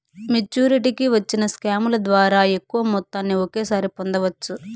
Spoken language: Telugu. మెచ్చురిటీకి వచ్చిన స్కాముల ద్వారా ఎక్కువ మొత్తాన్ని ఒకేసారి పొందవచ్చు